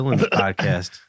podcast